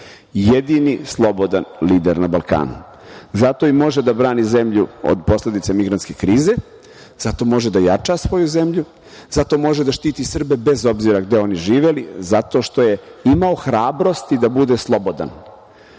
slobodan lider na Balkanu i zato i može da brani zemlju od posledica migrantske krize, zato može da jača svoju zemlju, zato može da štiti Srbe bez obzira gde oni žive, jer je imao hrabrosti da bude slobodan. Često